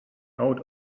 out